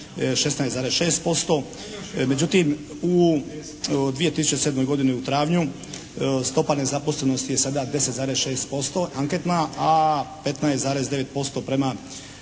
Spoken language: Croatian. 16,6%. Međutim u 2007. godini u travnju stopa nezaposlenosti je sada 10,6% anketna a 15,9% prema